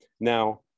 Now